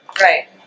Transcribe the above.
Right